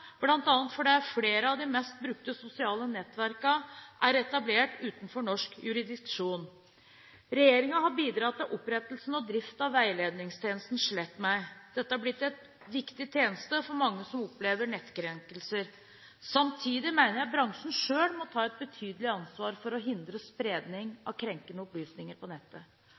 fordi flere av de mest brukte sosiale nettverkene er etablert utenfor norsk jurisdiksjon. Regjeringen har bidratt til opprettelse og drift av veiledningstjenesten slettmeg.no. Dette er blitt en viktig tjeneste for mange som opplever nettkrenkelser. Samtidig mener jeg bransjen selv må ta et betydelig ansvar for å hindre spredning av krenkende opplysninger på nettet.